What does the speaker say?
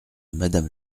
madame